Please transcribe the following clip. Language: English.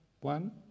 one